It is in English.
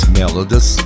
melodies